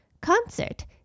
Concert